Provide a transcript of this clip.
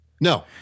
No